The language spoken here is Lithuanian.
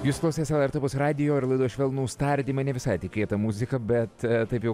jūs klausotės lrt opus radijo ir laida švelnūs tardymai ne visai tikėta muzika bet taip jau